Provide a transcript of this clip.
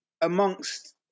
amongst